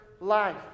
life